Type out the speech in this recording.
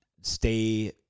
stay